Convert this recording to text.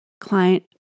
client